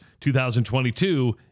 2022